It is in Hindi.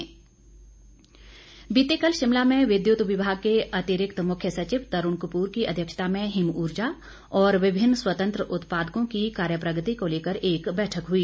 बैठक बीते कल शिमला में विद्युत विमाग के अतिरिक्त मुख्य सचिव तरुण कपूर की अध्यक्षता में हिम ऊर्जा और विभिन्न स्वतंत्र उत्पादकों की कार्यप्रगति को लेकर एक बैठक हुई